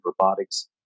robotics